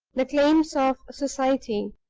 the claims of society.